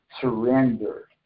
surrender